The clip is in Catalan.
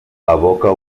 evoca